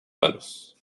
manos